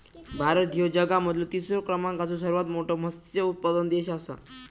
भारत ह्यो जगा मधलो तिसरा क्रमांकाचो सर्वात मोठा मत्स्य उत्पादक देश आसा